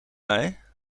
mij